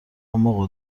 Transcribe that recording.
اما